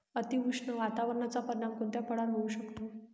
अतिउष्ण वातावरणाचा परिणाम कोणत्या फळावर होऊ शकतो?